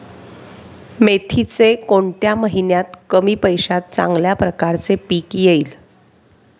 मेथीचे कोणत्या महिन्यात कमी पैशात चांगल्या प्रकारे पीक येईल?